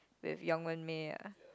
with yong-wern-mei ah